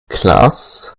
klaas